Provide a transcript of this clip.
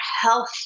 health